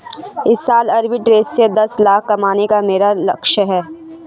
इस साल arbitrage से दस लाख कमाने का मेरा लक्ष्यांक है